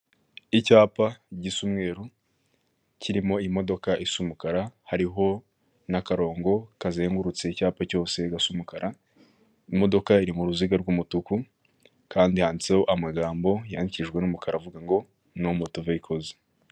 Icyapa gisa umweru kirimo imodoka isa umukara hariho n'akarongo kazengurutse icyapa cyose gasa umukara, imodoka iri mu ruziga rw'umutuku kandi yanditseho amagambo yandikijwe n'umukara avuga ngo "no moto veyikozi".